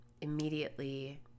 immediately